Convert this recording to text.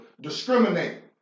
discriminate